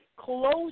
close